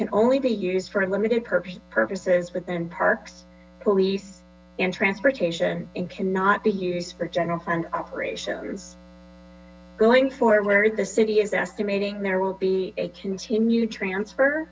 can only be used for limited purposes purposes within parks police and transportation and cannot be used for general fund operations going forward the city is estimating there will be a continued transfer